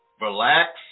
relax